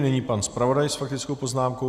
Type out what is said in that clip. Nyní pan zpravodaj s faktickou poznámkou.